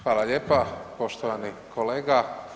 Hvala lijepa poštovani kolega.